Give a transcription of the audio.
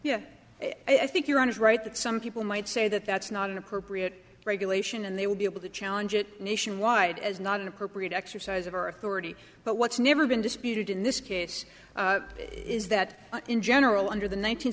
yet i think you're on is right that some people might say that that's not an appropriate regulation and they would be able to challenge it nationwide as not an appropriate exercise of our authority but what's never been disputed in this case is that in general under the